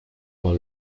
par